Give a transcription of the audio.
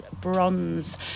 Bronze